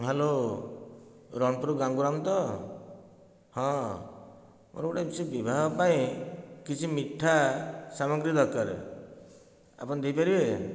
hello Ranpur Ganguram ତ ହଁ ମୋର ଗୋଟିଏ ସେ ବିବାହ ପାଇଁ କିଛି ମିଠା ସାମଗ୍ରୀ ଦରକାର ଆପଣ ଦେଇପାରିବେ